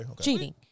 Cheating